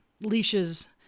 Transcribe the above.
leashes